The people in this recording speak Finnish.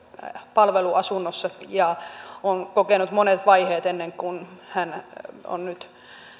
palveluasunnossa ja on kokenut monet vaiheet ennen kuin hän on nyt